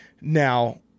Now